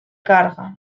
carga